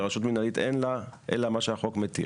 לרשות מינהלית אין לה אלא מה שהחוק מתיר.